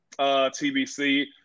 TBC